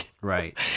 Right